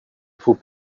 faut